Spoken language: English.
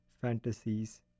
fantasies